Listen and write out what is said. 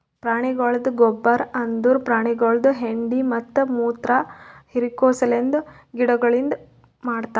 ಪ್ರಾಣಿಗೊಳ್ದ ಗೊಬ್ಬರ್ ಅಂದುರ್ ಪ್ರಾಣಿಗೊಳ್ದು ಹೆಂಡಿ ಮತ್ತ ಮುತ್ರ ಹಿರಿಕೋ ಸಲೆಂದ್ ಗಿಡದಲಿಂತ್ ಮಾಡ್ತಾರ್